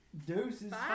Deuces